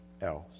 else